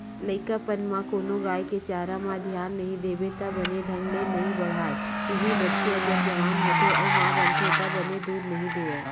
लइकापन म कोनो गाय के चारा म धियान नइ देबे त बने ढंग ले नइ बाड़हय, इहीं बछिया जब जवान होथे अउ माँ बनथे त बने दूद नइ देवय